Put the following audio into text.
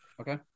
Okay